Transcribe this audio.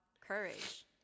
courage